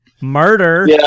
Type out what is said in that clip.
Murder